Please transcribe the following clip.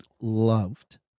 loved